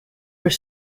were